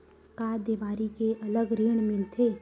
का देवारी के अलग ऋण मिलथे?